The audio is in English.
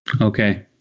Okay